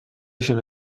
شنا